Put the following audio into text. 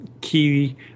key